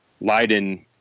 Leiden